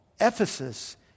Ephesus